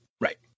Right